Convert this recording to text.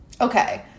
okay